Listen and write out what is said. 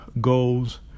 goals